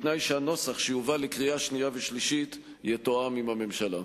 בתנאי שהנוסח שיובא לקריאה שנייה ושלישית יתואם עם הממשלה.